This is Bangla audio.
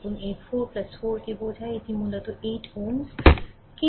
এবং এই 4 4 কে বোঝায় এটি মূলত 8 Ω